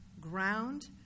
ground